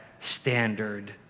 standard